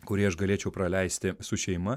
kurį aš galėčiau praleisti su šeima